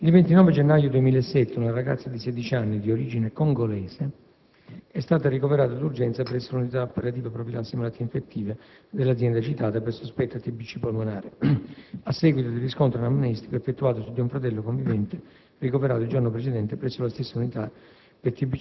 Il 29 gennaio 2007 una ragazza di 16 anni, di origine congolese, è stata ricoverata d'urgenza presso l'unità operativa profilassi malattie infettive (UOC) della azienda citata, per sospetta TBC polmonare, a seguito di riscontro anamnestico effettuato su di un fratello convivente ricoverato il giorno precedente presso la stessa unità